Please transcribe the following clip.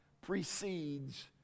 precedes